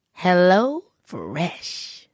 HelloFresh